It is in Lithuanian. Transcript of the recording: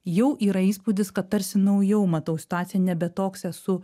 jau yra įspūdis kad tarsi naujau matau situaciją nebe toks esu